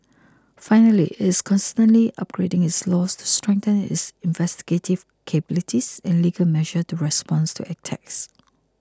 finally it's constantly upgrading its laws to strengthen its investigative capabilities and legal measures to respond to attacks